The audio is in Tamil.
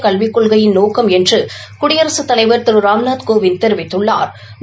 கல்விக் கொள்கையின் நோக்கம் என்று குடியரசுத் தலைவா் திரு ராம்நாத் கோவிந்த் தெரிவித்துள்ளாா்